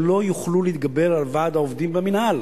לא יוכלו להתגבר על ועד העובדים במינהל.